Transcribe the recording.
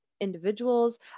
individuals